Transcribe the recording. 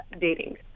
dating